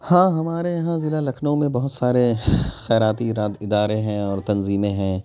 ہاں ہمارے یہاں ضلع لکھنؤ میں بہت سارے خیراتی ادارے ہیں اور تنظیمیں ہیں